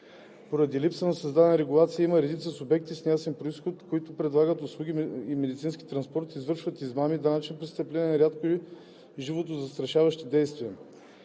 Поради липса на създадена регулация има редица субекти с неясен произход, които предлагат услугата медицински транспорт, извършват измами, данъчни престъпления, не рядко и животозастрашаващи действия.